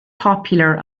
popular